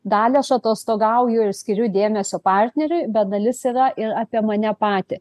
dalį aš atostogauju ir skiriu dėmesio partneriui bet dalis yra ir apie mane patį